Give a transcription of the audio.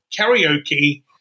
karaoke